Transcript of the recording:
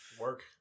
Work